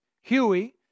Huey